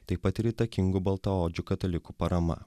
taip pat ir įtakingų baltaodžių katalikų parama